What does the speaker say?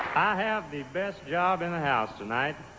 i have the best job in the house tonight